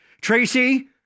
Tracy